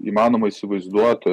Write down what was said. įmanoma įsivaizduot